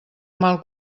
mal